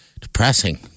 depressing